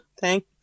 Thank